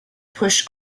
push